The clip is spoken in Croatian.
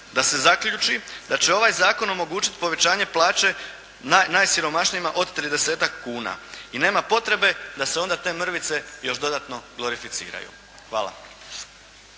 da se zaključi da će ovaj zakon omogućiti povećanje plaće najsiromašnijima od tridesetak kuna i nema potrebe da se onda te mrvice još dodatno glorificiraju. Hvala.